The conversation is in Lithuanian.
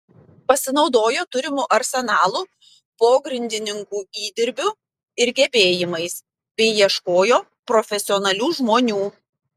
pasinaudojo turimu arsenalu pogrindininkų įdirbiu ir gebėjimais bei ieškojo profesionalių žmonių